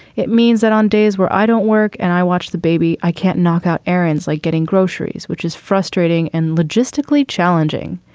it means that on days where i don't work and i watch the baby, i can't knock out errands like getting groceries, which is frustrating and logistically challenging.